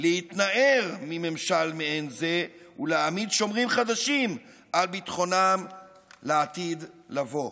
להתנער מממשל מעין זה ולהעמיד שומרים חדשים על ביטחונם לעתיד לבוא.